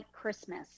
Christmas